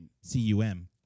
C-U-M